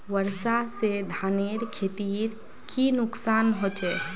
वर्षा से धानेर खेतीर की नुकसान होचे?